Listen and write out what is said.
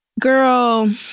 girl